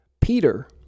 Peter